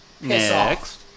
Next